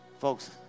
Folks